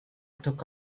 took